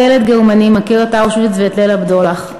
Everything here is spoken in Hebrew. כל ילד גרמני מכיר את אושוויץ ואת "ליל הבדולח".